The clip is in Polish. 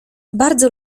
bardzo